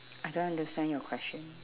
I don't understand your question